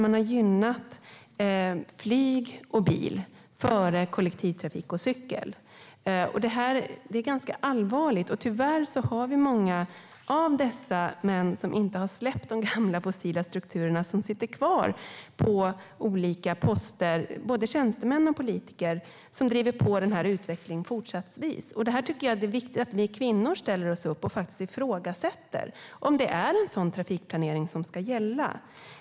Man har gynnat flyg och bil före kollektivtrafik och cykel, och det är ganska allvarligt. Tyvärr sitter många av dessa män som inte har släppt de gamla, fossila strukturerna kvar på olika poster. Det är både tjänstemän och politiker, och de driver fortsatt på den här utvecklingen. Jag tycker att det är viktigt att vi kvinnor ställer oss upp och faktiskt ifrågasätter om det är en sådan trafikplanering som ska gälla.